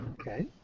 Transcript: Okay